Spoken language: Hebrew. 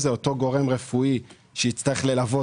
אותו גורם רפואי שיצטרך ללוות,